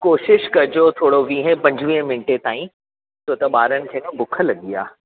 कोशिशि कजो थोरो वीहें पंजवींहे मिंटे ताईं छो त ॿारनि खे बुख लॻी आहे